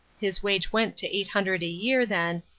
his wage went to eight hundred a year, then,